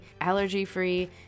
allergy-free